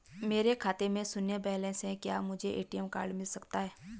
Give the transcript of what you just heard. मेरे खाते में शून्य बैलेंस है क्या मुझे ए.टी.एम कार्ड मिल सकता है?